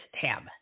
tab